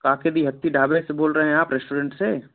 कहाँ से बिहत्ति ढाबे से बोल रहे हैं आप रेस्टोरेंट से